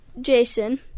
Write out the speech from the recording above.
Jason